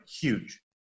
huge